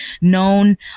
known